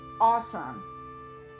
awesome